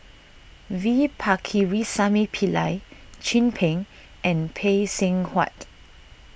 V Pakirisamy Pillai Chin Peng and Phay Seng Whatt